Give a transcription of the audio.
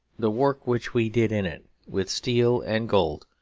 the work which we did in it, with steel and gold,